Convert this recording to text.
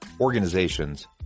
organizations